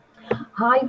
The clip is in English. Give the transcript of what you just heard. Hi